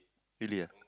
really ah